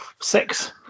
Six